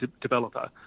developer